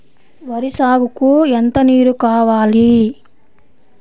వరి సాగుకు ఎంత నీరు కావాలి?